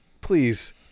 please